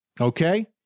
okay